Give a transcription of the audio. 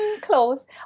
Close